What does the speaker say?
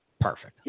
Perfect